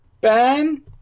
Ben